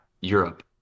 Europe